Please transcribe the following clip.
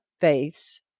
faiths